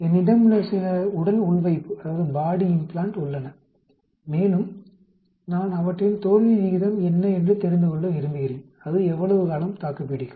என்னிடம் சில உடல் உள்வைப்பு உள்ளன மேலும் நான் அவற்றின் தோல்வி விகிதம் என்ன என்று தெரிந்து கொள்ள விரும்புகிறேன் அது எவ்வளவு காலம் தாக்குப்பிடிக்கும்